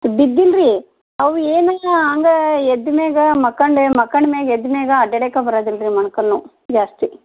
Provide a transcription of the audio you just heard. ಬಿದ್ದಿಲ್ಲ ರೀ ಅವ ಏನೂ ಇಲ್ಲ ಹಾಗ ಎದ್ದು ಮ್ಯಾಗ ಮಕ್ಕೊಂಡೇ ಮಕ್ಕೊಂಡು ಮ್ಯಾಗ ಎದ್ದು ಮ್ಯಾಗ ಅದೇ ಅಡ್ಡಾಡಕ್ಕ ಬರೋದಿಲ್ಲ ರೀ ಮೊಣಕಾಲು ನೋವು ಜಾಸ್ತಿ